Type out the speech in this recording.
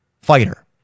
fighter